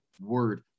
word